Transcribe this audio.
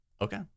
Okay